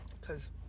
Cause